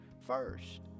first